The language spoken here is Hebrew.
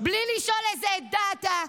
בלי לשאול: מאיזו עדה אתה,